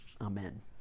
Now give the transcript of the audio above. Amen